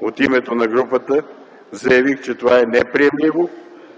от името на групата заявих, че това е неприемливо.